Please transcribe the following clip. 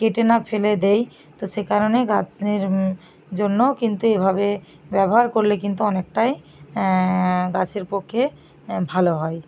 কেটে না ফেলে দিই তো সে কারণে গাছের জন্য কিন্তু এভাবে ব্যবহার করলে কিন্তু অনেকটাই গাছের পক্ষে ভালো হয়